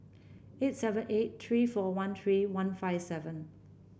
eight seven eight three four one three one five seven